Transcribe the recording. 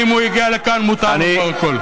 אם הוא הגיע לכאן, מותר לו כבר הכול.